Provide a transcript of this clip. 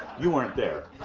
you weren't there,